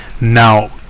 now